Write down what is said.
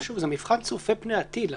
זה מבחן צופה פני עתיד.